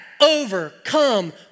overcome